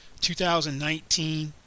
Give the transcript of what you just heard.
2019